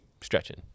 stretching